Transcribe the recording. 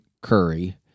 Curry